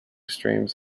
streams